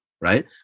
Right